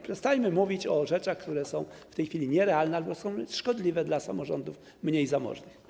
Przestańmy mówić o rzeczach, które są w tej chwili nierealne albo szkodliwe dla samorządów mniej zamożnych.